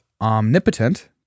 omnipotent